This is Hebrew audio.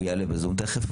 הוא יעלה בזום תכף.